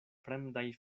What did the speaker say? fremdaj